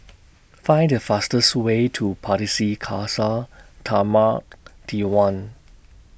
Find The fastest Way to Pardesi Khalsa Dharmak Diwan